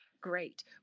great